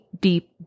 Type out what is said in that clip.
deep